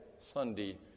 Sunday